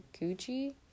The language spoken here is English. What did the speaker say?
Gucci